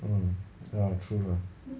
mm ya true lah